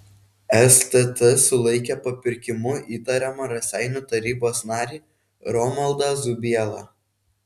stt sulaikė papirkimu įtariamą raseinių tarybos narį romaldą zubielą